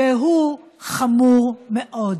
והוא חמור מאוד.